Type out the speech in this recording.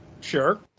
Sure